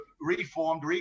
reformed